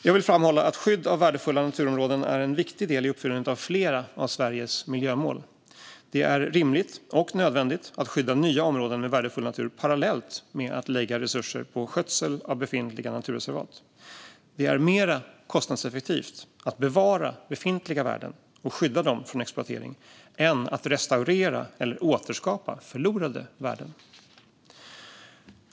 Jag vill framhålla att skydd av värdefulla naturområden är en viktig del i uppfyllandet av flera av Sveriges miljömål. Det är rimligt och nödvändigt att skydda nya områden med värdefull natur parallellt med att lägga resurser på skötsel av befintliga naturreservat. Det är mer kostnadseffektivt att bevara befintliga värden och skydda dem från exploatering än att restaurera eller återskapa förlorade värden.